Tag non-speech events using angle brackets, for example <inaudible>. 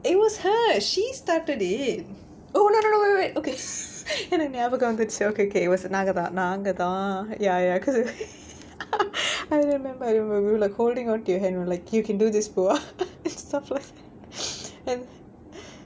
it was her she started it oh no no wait wait wait எனக்கு ஞாபகம் வந்திருச்சி:enakku nyabakam vandiruchi okay okay it was நாங்க தான் நாங்கதான்:naanga thaan naangathaan ya ya because I remember I remember we were like holding onto your hand like you can do this !fuh! ah <laughs> and stuff like that and